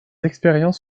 expériences